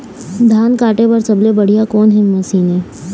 धान काटे बर सबले बढ़िया कोन से मशीन हे?